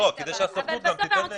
זה כדי שגם הסוכנות תדע לתת מעטפת.